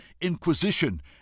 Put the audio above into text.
inquisition